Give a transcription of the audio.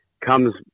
comes